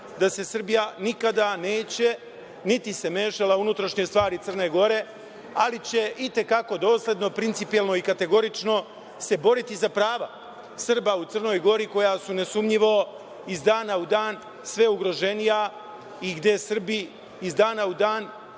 da se Srbija nikada neće, niti se mešala u unutrašnje stvari Crne Gore, ali će i te kako dosledno, principijelno i kategorično se boriti za prava Srba u Crnoj Gori, koja su nesumnjivo iz dana u dan sve ugroženija i gde Srbi iz dana u dan